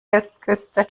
westküste